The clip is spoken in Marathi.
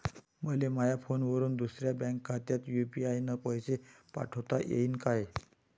मले माह्या मोबाईलवरून दुसऱ्या बँक खात्यात यू.पी.आय न पैसे पाठोता येईन काय?